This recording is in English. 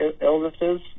illnesses